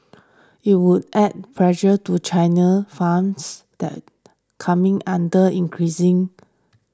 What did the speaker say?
it would add pressure to China funds that coming under increasing